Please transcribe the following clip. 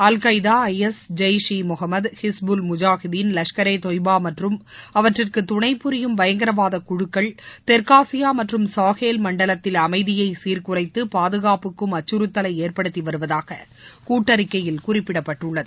Al Qaeda I S Jaish e Mohammed Hizbul Mujahideen Lashkar e Taiba மற்றும் அவற்றிற்கு துணை புரியும் பயங்கரவாதக் குழுக்கள் தெற்காசியா மற்றும் சாஹேல் மண்டலத்தில் அம்தியை சீர்குலைத்து பாதுகாப்புக்கும் அச்சுறுத்தலை ஏற்படுத்தி வருவதாக கூட்டறிக்கையில் குறிப்பிடப்பட்டுள்ளது